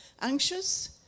anxious